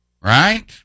right